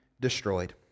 destroyed